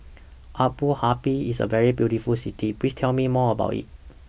Abu Dhabi IS A very beautiful City Please Tell Me More about IT